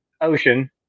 ocean